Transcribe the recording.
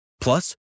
Plus